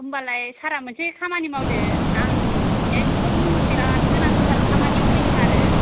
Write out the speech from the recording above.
होम्बालाय सारा मोनसे खामानि मावदो आं एकदम बिराद गोनांथार खामानियाव फैदों आरो